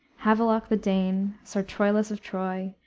havelok the dane, sir troilus of troy,